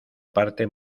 parte